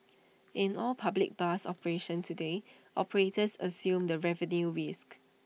in all public bus operations today operators assume the revenue risk